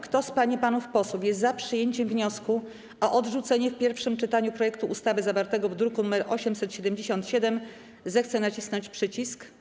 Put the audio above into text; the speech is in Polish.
Kto z pań i panów posłów jest za przyjęciem wniosku o odrzucenie w pierwszym czytaniu projektu ustawy zawartego w druku nr 877, zechce nacisnąć przycisk.